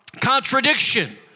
contradiction